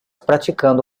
praticando